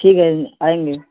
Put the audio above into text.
ٹھیک ہے آئیں گے